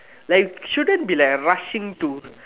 like shouldn't be like rushing to